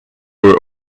were